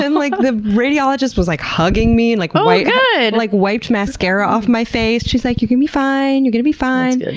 then like the radiologist was like hugging me, and like oh, good, like, wiped mascara off my face. she's like, you're gonna be fine, you're gonna be fine,